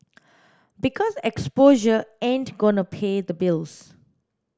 because exposure ain't gonna pay the bills